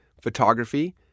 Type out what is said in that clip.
photography